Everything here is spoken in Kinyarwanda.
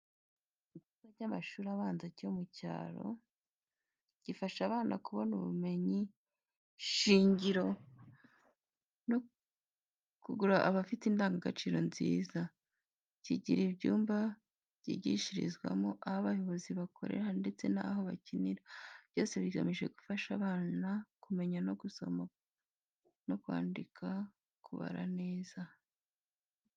Ikigo cy’amashuri abanza yo mu cyaro gifasha abana kubona ubumenyi shingiro no gukura bafite indangagaciro nziza. Kigira ibyumba byigishirizwamo, aho abayobozi bakorera ndetse n'aho gukinira, byose bigamije gufasha abana kumenya gusoma, kwandika no kubara neza.